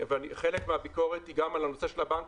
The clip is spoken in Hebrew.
וחלק מהביקורת היא גם על הנושא של הבנקים,